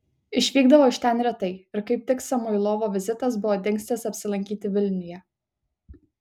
išvykdavo iš ten retai ir kaip tik samoilovo vizitas buvo dingstis apsilankyti vilniuje